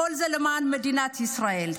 כל זה למען מדינת ישראל.